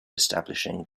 establishing